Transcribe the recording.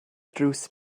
drws